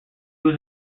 was